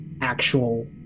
actual